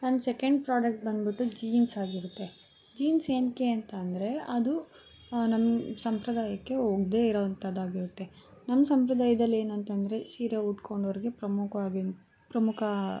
ನನ್ನ second product ಬಂದ್ಬಿಟ್ಟು jeans ಆಗಿರುತ್ತೆ ಜೀನ್ಸ್ ಏತಕ್ಕೆ ಅಂತಂದರೆ ಅದು ನಮ್ಮ ಸಂಪ್ರದಾಯಕ್ಕೆ ಒಗ್ಗದೇ ಇರೋಂಥದ್ದಾಗಿರುತ್ತೆ ನಮ್ಮ ಸಂಪ್ರದಾಯದಲ್ಲಿ ಏನಂತಂದ್ರೆ ಸೀರೆ ಉಟ್ಕೊಂಡೋರಿಗೆ ಪ್ರಮುಖವಾಗಿ ಪ್ರಮುಖ